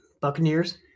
Buccaneers